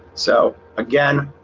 so again